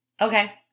Okay